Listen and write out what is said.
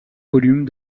volumes